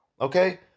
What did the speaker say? okay